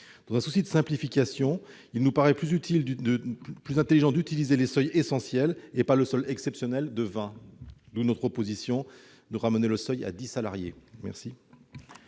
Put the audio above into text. Dans un souci de simplification, il nous paraît plus intelligent d'utiliser les seuils essentiels et pas le seuil exceptionnel de 20, d'où notre proposition de ramener ce seuil à 10 salariés Quel